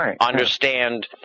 understand